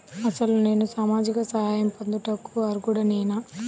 అసలు నేను సామాజిక సహాయం పొందుటకు అర్హుడనేన?